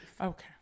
Okay